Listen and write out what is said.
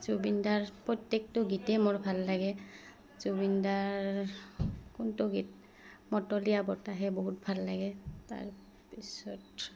জুবিনদাৰ প্ৰত্যেকটো গীতেই মোৰ ভাল লাগে জুবিনদাৰ কোনটো গীত মটলীয়া বতাহে বহুত ভাল লাগে তাৰপিছত